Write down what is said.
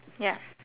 ya